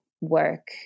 work